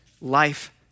life